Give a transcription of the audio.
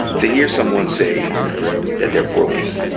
to hear someone say that they're broken,